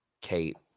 Kate